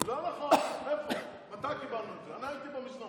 רוצה, כי אתם עושים מה שאתם רוצים.